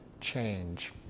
change